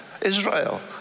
Israel